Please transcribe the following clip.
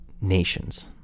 nations